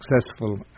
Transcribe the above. successful